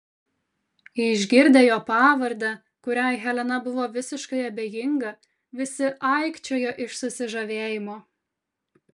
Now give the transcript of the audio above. išgirdę jo pavardę kuriai helena buvo visiškai abejinga visi aikčiojo iš susižavėjimo